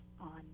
on